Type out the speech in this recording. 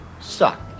suck